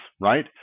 right